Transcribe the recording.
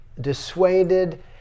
dissuaded